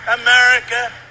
America